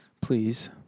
please